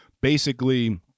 basically-